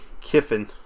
Kiffin